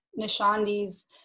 Nishandi's